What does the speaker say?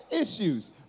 issues